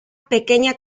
pequeña